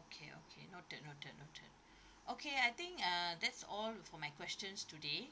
okay okay noted noted noted okay I think uh that's all for my questions today